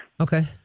Okay